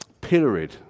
pilloried